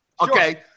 Okay